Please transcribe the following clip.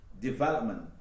development